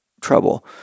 trouble